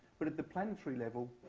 but at the planetary level,